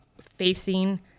facing